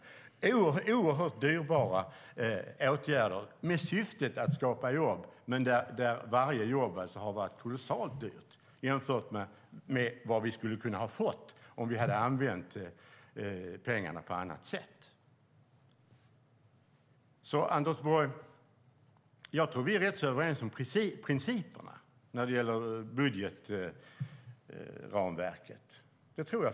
Det har varit oerhört dyrbara åtgärder med syftet att skapa jobb, men där varje jobb har varit kolossalt dyrt jämfört med vad vi hade kunnat få om vi hade använt pengarna på annat sätt. Anders Borg, jag tror att vi är rätt så överens om principerna när det gäller budgetramverket.